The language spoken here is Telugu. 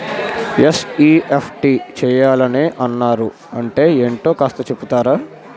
ఎన్.ఈ.ఎఫ్.టి చేయాలని అన్నారు అంటే ఏంటో కాస్త చెపుతారా?